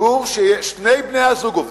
מציבור שבו שני בני-הזוג עובדים,